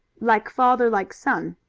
like father, like son,